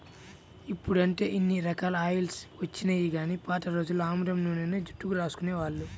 ఇప్పుడంటే ఇన్ని రకాల ఆయిల్స్ వచ్చినియ్యి గానీ పాత రోజుల్లో ఆముదం నూనెనే జుట్టుకు రాసుకునేవాళ్ళు